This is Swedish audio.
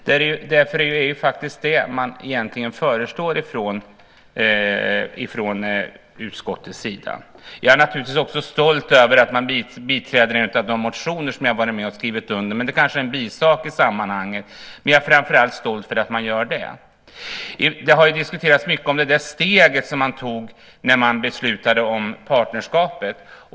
Det är faktiskt det som man egentligen föreslår från utskottets sida. Jag är naturligtvis också stolt över att man biträder en av de motioner som jag har varit med om att skriva under, men det är kanske en bisak i sammanhanget. Jag är framför allt stolt över att man gör det. Det har diskuterats mycket om det steg som man tog när man beslutade om partnerskapet.